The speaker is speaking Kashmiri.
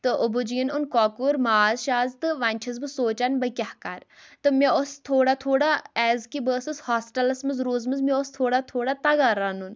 تہٕ اوٚبوٗ جی یَن اوٚن کۄکُر ماز شاز تہٕ وۅنۍ چھَس بہٕ سونٛچان بہٕ کیٛاہ کَرٕ تہٕ مےٚ اوس تھوڑا تھوڑا ایز کہِ بہٕ ٲسٕس ہاسٹٕلَس منٛز روٗزمٕژ مےٚ اوس تھوڑا تھوڑا تَگان رَنُن